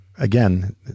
Again